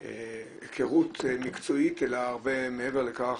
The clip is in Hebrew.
היכרות מקצועית אלא הרבה מעבר לכך,